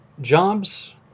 jobs